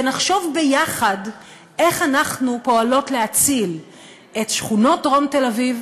ונחשוב ביחד איך אנחנו פועלות להציל את שכונות דרום תל-אביב,